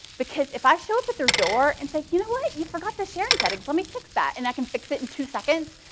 because if i show up at their door and say, you know what, you forgot the sharing settings. let me fix that, and i can fix it in two seconds,